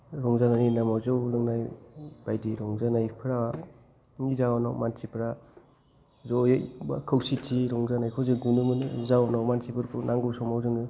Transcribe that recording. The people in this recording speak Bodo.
रंजानाय मुङाव जौ लोंनाय बायदि रंजानायफोरा नि जाउनाव मानसिफोरा जयै बा खौसेथियै रंजानायखौ जों नुनो मोनो जाउनाव मानसिफोरखौ नांगौ समाव जोङो